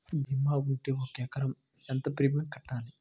భీమా ఉంటే ఒక ఎకరాకు ఎంత ప్రీమియం కట్టాలి?